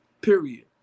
Period